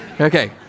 okay